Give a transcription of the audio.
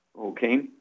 okay